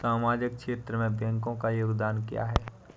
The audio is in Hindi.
सामाजिक क्षेत्र में बैंकों का योगदान क्या है?